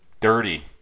dirty